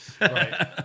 Right